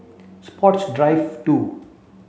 Sports Drive two